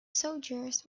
soldiers